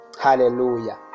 Hallelujah